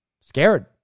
Scared